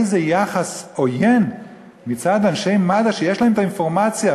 איזה יחס עוין מצד אנשי מד"א שיש להם את האינפורמציה,